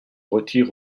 retire